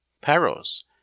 Paros